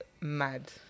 Mad